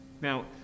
Now